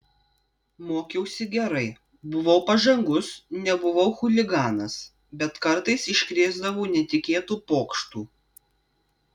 mokiausi gerai buvau pažangus nebuvau chuliganas bet kartais iškrėsdavau netikėtų pokštų